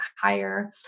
higher